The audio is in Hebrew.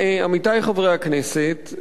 עמיתי חברי הכנסת,